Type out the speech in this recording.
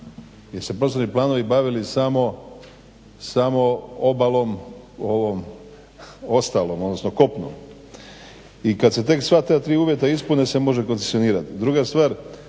jer se prostorni planovi bavili samo obalom ovom ostalom, odnosno kopnom. I kad se tek sva ta tri uvjeta ispune se može koncesionirati. Druga stvar